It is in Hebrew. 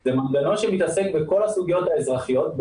זה מנגנון שמתעסק בכל הסוגיות האזרחיות,